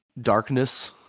darkness